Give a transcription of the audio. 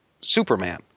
superman